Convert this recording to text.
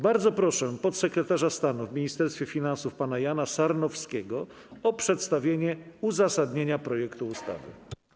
Bardzo proszę podsekretarza stanu w Ministerstwie Finansów pana Jana Sarnowskiego o przedstawienie uzasadnienia projektu ustawy.